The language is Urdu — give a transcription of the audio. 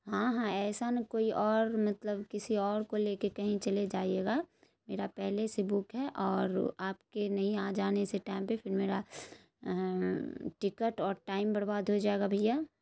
ہاں ہاں ایسا نہ کوئی اور مطلب کسی اور کو لے کے کہیں چلے جائیے گا میرا پہلے سے بک ہے اور آپ کے نہیں آ جانے سے ٹائم پہ پھر میرا ٹکٹ اور ٹائم برباد ہو جائے گا بھیا